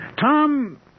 Tom